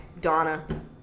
Donna